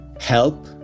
help